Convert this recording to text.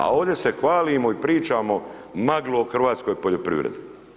A ovde se hvalimo i pričamo maglu o hrvatskoj poljoprivredi.